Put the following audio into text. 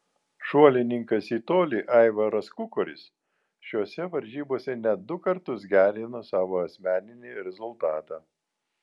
šuolininkas į tolį aivaras kukoris šiose varžybose net du kartus gerino savo asmeninį rezultatą